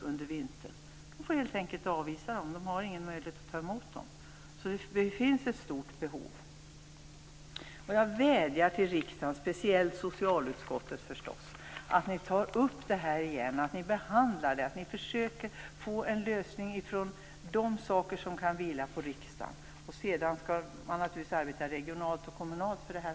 Man får helt enkelt avvisa människor eftersom man inte har någon möjlighet att ta emot dem. Det finns alltså ett stort behov när det gäller de hemlösa. Jag vädjar till riksdagen, och då förstås speciellt till er i socialutskottet, att återigen ta upp frågan till behandling. Ni måste försöka få en lösning på sådant som kan vila på riksdagen. Sedan får man naturligtvis också arbeta både regionalt och kommunalt för detta.